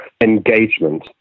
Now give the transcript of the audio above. engagement